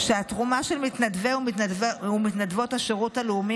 שהתרומה של מתנדבי ומתנדבות השירות הלאומי